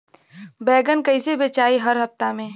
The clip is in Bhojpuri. बैगन कईसे बेचाई हर हफ्ता में?